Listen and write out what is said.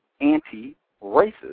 anti-racist